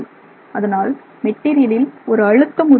அதனால் மெட்டீரியலில் ஒரு அழுத்தம் உருவாகிறது